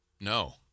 no